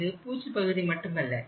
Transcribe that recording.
இது பூச்சு பகுதி மட்டுமல்ல